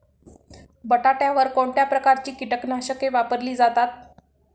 बटाट्यावर कोणत्या प्रकारची कीटकनाशके वापरली जातात?